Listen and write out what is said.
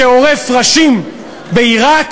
שעורף ראשים בעיראק